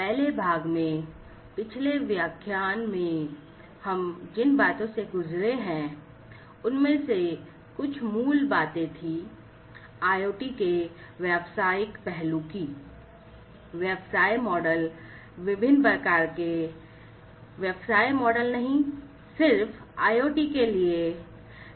पहले भाग की कुछ मूल बातें IoT के व्यावसायिक पहलू व्यवसाय मॉडल के संदर्भ में थीं